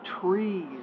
trees